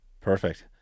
Perfect